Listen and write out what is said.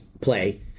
play